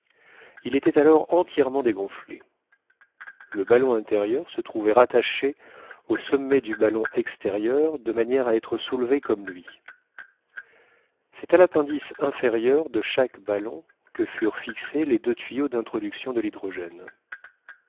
il était alors entièrement dégonflé le ballon intérieur se trouvait rattaché au sommet du ballon extérieur de manière à être soulevé comme lui c'est à l'appendice inférieur de chaque ballon que furent fixés les deux tuyaux d'introduction de l'hydrogène